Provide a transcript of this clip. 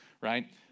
right